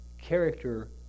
character